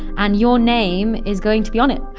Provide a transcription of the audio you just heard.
and your name is going to be on it.